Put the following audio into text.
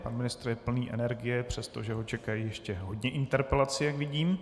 Pan ministr je plný energie, přestože ho čeká ještě hodně interpelací, jak vidím.